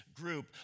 group